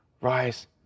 rise